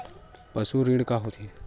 पशु ऋण का होथे?